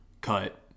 cut